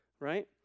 right